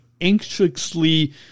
anxiously